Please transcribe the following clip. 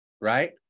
right